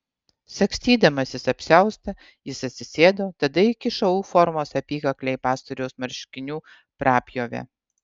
sagstydamasis apsiaustą jis atsisėdo tada įkišo u formos apykaklę į pastoriaus marškinių prapjovę